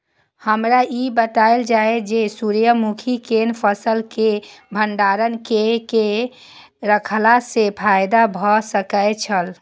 हमरा ई बतायल जाए जे सूर्य मुखी केय फसल केय भंडारण केय के रखला सं फायदा भ सकेय छल?